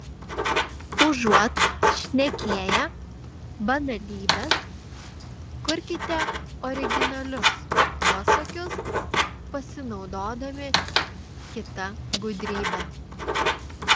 užuot šnekėję banalybes kurkite originalius posakius pasinaudodami kita gudrybe